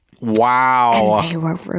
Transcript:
Wow